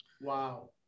Wow